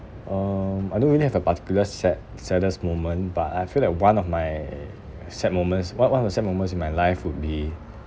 um I don't really have a particular sad~ saddest moment but I feel like one of my sad moments one one of the sad moments in my life would be